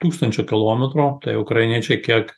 tūkstančio kilometrų tai ukrainiečiai kiek